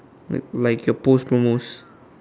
like like your post promos